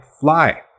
fly